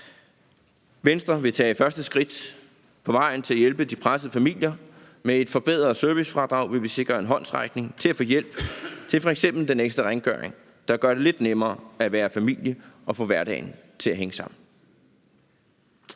Venstre vil tage første skridt på vejen til at hjælpe de pressede familier. Med et forbedret servicefradrag vil vi sikre en håndsrækning til at få hjælp til f.eks. den ekstra rengøring, der gør det lidt nemmere at være familie og få hverdagen til at hænge sammen.